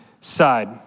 side